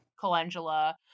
Calendula